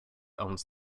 owns